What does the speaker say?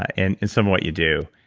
and in some of what you do,